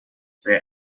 sehr